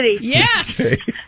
Yes